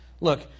Look